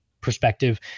perspective